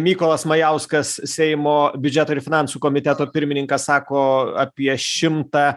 mykolas majauskas seimo biudžeto ir finansų komiteto pirmininkas sako apie šimtą